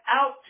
out